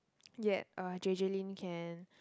yet uh J_J-Lin can